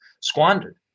squandered